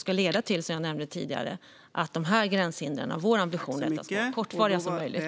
Som jag nämnde tidigare är det vår ambition att dessa gränshinder ska bli så kortvariga som möjligt.